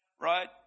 right